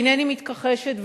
איני מתכחשת,